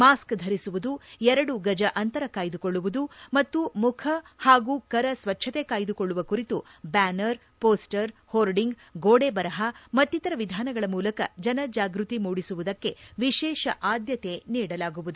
mask ಧರಿಸುವುದು ಎರಡು ಗಜ ಅಂತರ ಕಾಯ್ದುಕೊಳ್ಳುವುದು ಮತ್ತು ಮುಖ ಹಗೂ ಕರ ಸ್ವಚ್ಚತೆ ಕಾಯ್ದುಕೊಳ್ಳುವ ಕುರಿತು ಬ್ಯಾನರ್ ಪೋಸ್ವರ್ ಹೋರ್ಡಿಂಗ್ ಗೋಡೆ ಬರಹ ಮತ್ತಿತರ ವಿಧಾನಗಳ ಮೂಲಕ ಜನಜಾಗೃತಿ ಮೂಡಿಸುವುದಕ್ಕೆ ವಿಶೇಷ ಆದ್ಯತೆ ನೀಡಲಾಗುವುದು